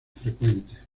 frecuentes